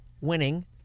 winning